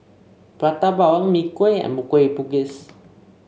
Prata Bawang Mee Kuah and Kueh Bugis